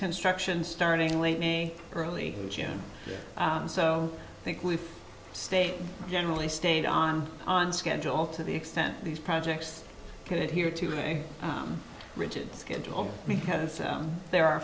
construction starting late may early june so i think we've stayed generally stayed on on schedule to the extent these projects could hear to a rigid schedule because there are